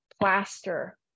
plaster